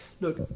Look